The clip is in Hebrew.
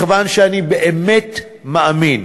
מכיוון שאני באמת מאמין